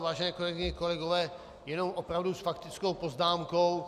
Vážené kolegyně, kolegové, jenom opravdu s faktickou poznámkou.